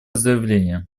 заявление